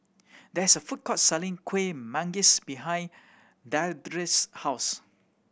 there is a food court selling Kuih Manggis behind Deirdre's house